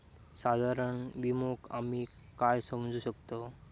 साधारण विमो आम्ही काय समजू शकतव?